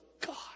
God